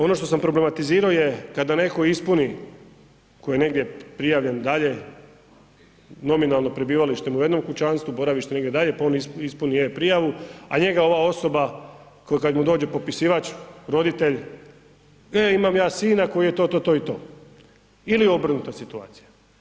Ono što sam problematiziro je kada neko ispuni koji je negdje prijavljen dalje, nominalno prebivalište mu je u jednom kućanstvu, boravište negdje dalje, pa on ispuni e-prijavu, a njega ova osoba ko kad mu dođe popisivač, roditelj e imam ja sina koji je to, to, to i to ili obrnuta situacija.